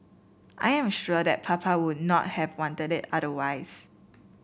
I am sure that Papa would not have wanted it otherwise